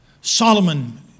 Solomon